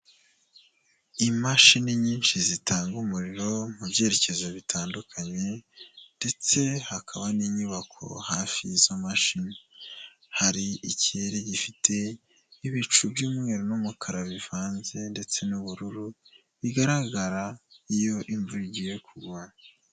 Imashini nyinshi zitanga umuriro, mu byerekezo bitandukanye ndetse hakaba n'inyubako hafi y'izo mashini, hari ikirere gifite ibicu by'umweru n'umukara bivanze ndetse n'ubururu, bigaragara iyo imvura igiye kugwa.